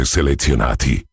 selezionati